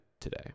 today